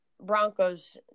Broncos